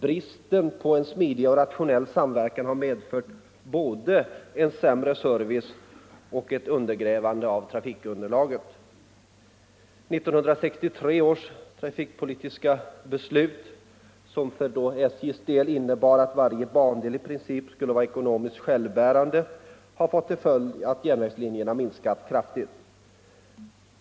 Bristen på smidig och rationell samverkan har medfört både sämre service och undergrävande av trafikunderlaget. 1963 års trafikpolitiska beslut, som för SJ:s del innebar att varje bandel i princip skulle vara ekonomiskt självbärande, har fått till följd att järnvägslinjerna minskat kraftigt.